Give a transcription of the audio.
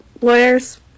Lawyers